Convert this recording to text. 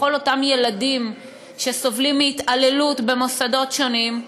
בכל אותם ילדים שסובלים מהתעללות במוסדות שונים,